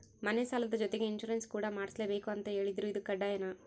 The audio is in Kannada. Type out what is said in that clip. ಮನೆ ಸಾಲದ ಜೊತೆಗೆ ಇನ್ಸುರೆನ್ಸ್ ಕೂಡ ಮಾಡ್ಸಲೇಬೇಕು ಅಂತ ಹೇಳಿದ್ರು ಇದು ಕಡ್ಡಾಯನಾ?